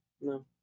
No